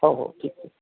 हो हो ठीक ठीक